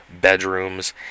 bedrooms